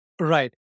Right